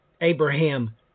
Abraham